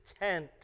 tent